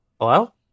Hello